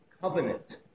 Covenant